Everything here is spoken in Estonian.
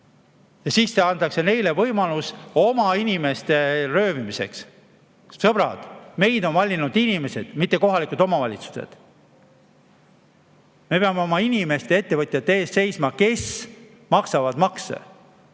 Ja neile antakse võimalus oma inimeste röövimiseks. Sõbrad, meid on valinud inimesed, mitte kohalikud omavalitsused! Me peame oma inimeste ja ettevõtjate eest seisma, sest nad maksavad makse.